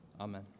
Amen